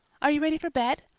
are you ready for bed?